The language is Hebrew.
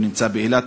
הוא נמצא באילת,